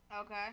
Okay